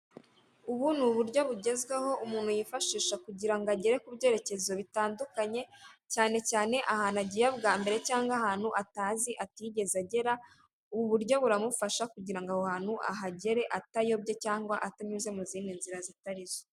Ubu ni uburyo bugezweho umuntu yifashisha kugira ngo agere ku byerekezo bitandukanye cyane cyane ahantu agiye bwa mbere cyangwa ahantu atazi atigeze agera, ubu buryo buramufasha kugira ngo aho hantu ahagere atayobye cyangwa atanyuze mu zindi nzira zitari zo.